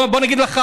אני אגיד לך,